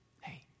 Hey